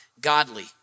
godly